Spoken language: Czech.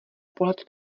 pohled